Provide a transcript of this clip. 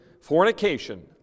fornication